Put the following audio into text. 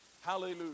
Hallelujah